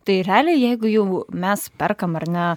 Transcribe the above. tai realiai jeigu jau mes perkam ar ne